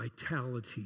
vitality